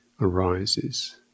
arises